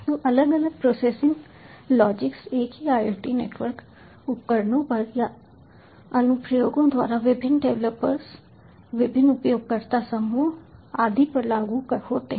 तो अलग अलग प्रोसेसिंग लॉजिक्स एक ही IoT नेटवर्क उपकरणों पर या अनुप्रयोगों द्वारा विभिन्न डेवलपर्स विभिन्न उपयोगकर्ता समूहों आदि पर लागू होते हैं